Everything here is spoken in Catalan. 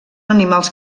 animals